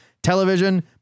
Television